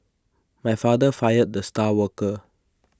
my father fired the star worker